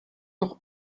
doch